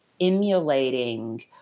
emulating